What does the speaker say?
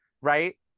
Right